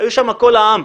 היו שמה כל העם.